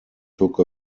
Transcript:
took